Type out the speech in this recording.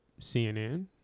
CNN